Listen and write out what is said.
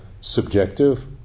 subjective